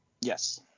Yes